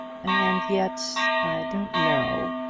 and yet i don't know.